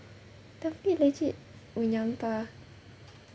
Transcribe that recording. tapi legit menyampah